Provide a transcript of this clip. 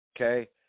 Okay